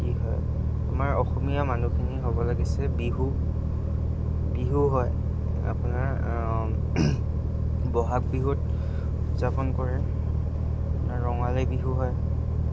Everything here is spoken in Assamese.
কি হয় আমাৰ অসমীয়া মানুহখিনি হ'ব লাগিছে বিহু বিহু হয় আপোনাৰ বহাগ বিহুত উদযাপন কৰে আপোনাৰ ৰঙালী বিহু হয়